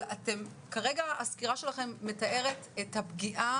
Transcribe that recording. אבל כרגע הסקירה שלכן מתארת את הפגיעה